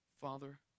Father